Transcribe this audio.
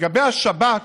לגבי השבת,